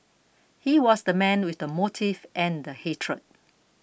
he was the man with the motive and the hatred